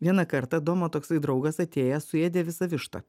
vieną kartą adomo toksai draugas atėjęs suėdė visą vištą